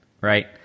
right